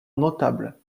notable